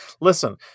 listen